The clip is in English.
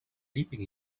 leaping